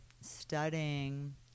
studying